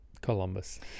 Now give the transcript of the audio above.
Columbus